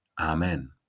Amen